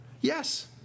Yes